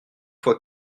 fois